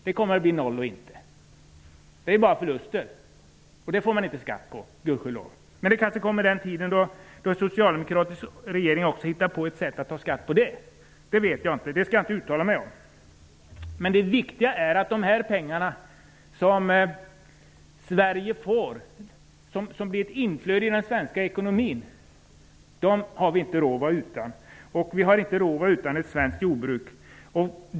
Det är bara förluster. Det betalar man inte skatt på, gudskelov. Men det kanske kommer en tid då en socialdemokratisk regering hittar på ett sätt att ta ut skatt också på det. Det vet jag inte. Det skall jag inte uttala mig om. Det viktiga är att vi inte har råd att vara utan de pengar som Sverige får, som blir ett inflöde i den svenska ekonomin. Vi har inte råd att vara utan ett svenskt jordbruk.